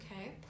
okay